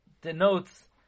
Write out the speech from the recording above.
denotes